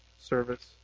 service